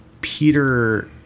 Peter